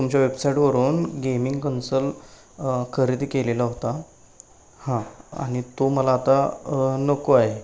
तुमच्या वेबसाईटवरून gaming console खरेदी केलेला होता हां आणि तो मला आता नको आहे